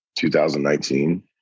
2019